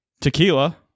tequila